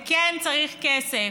וכן צריך כסף,